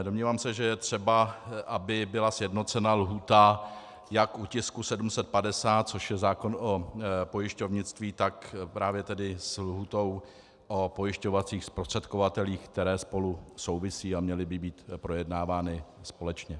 Domnívám se, že je třeba, aby byla sjednocena lhůta jak u tisku 750, což je zákon o pojišťovnictví, tak právě s lhůtou o pojišťovacích zprostředkovatelích, které spolu souvisejí a měly by být projednávány společně.